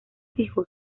fijó